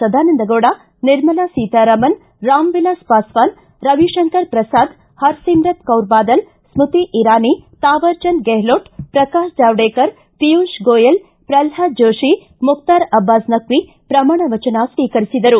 ಸದಾನಂದಗೌಡ ನಿರ್ಮಲಾ ಸೀತಾರಾಮನ್ ರಾಮವಿಲಾಸ್ ಪಾಸ್ವಾನ್ ರವಿಶಂಕರ ಪ್ರಸಾದ್ ಹರಸಿವುತ ಕೌರ ಬಾದಲ್ ಸೃತಿ ಇರಾನಿ ಥಾವರ್ ಚಂದ ಗೆಹ್ಲೋಟ್ ಪ್ರಕಾಶ್ ಜಾವಡೇಕರ್ ಪಿಯೂಷ್ ಗೋಯಲ್ ಪ್ರಲ್ವಾದ ಜೋಶಿ ಮುಕ್ತಾರ ಅಬ್ಬಾಸ್ ನಕ್ಷಿ ಪ್ರಮಾಣ ವಚನ ಸ್ವೀಕರಿಸಿದರು